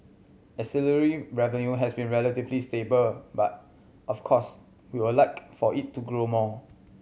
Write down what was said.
ancillary revenue has been relatively stable but of course we would like for it to grow more